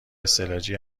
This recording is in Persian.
استعلاجی